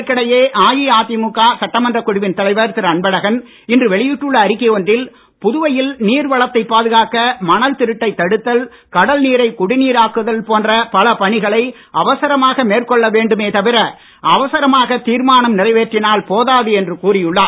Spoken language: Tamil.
இதற்கிடையே அஇஅதிமுக சட்டமன்றக் குழுவின் தலைவர் இன்று வெளியிட்டுள்ள அறிக்கை ஒன்றில் புதுவையில் நீர்வளத்தைப் பாதுகாக்க மணல் திருட்டைத் தடுத்தல் கடல்நீரைக் குடிநீராக்குதல் போன்ற பல பணிகளை அவசரமாக மேற்கொள்ள வேண்டுமே தவிர அவசரமாகத் தீர்மானம் நிறைவேற்றினால் போதாது என்று கூறியுள்ளார்